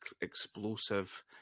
explosive